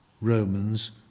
Romans